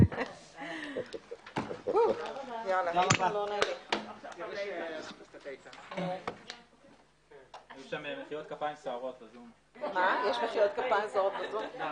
הישיבה ננעלה בשעה 20:02.